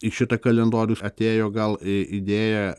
į šitą kalendorių atėjo gal į idėja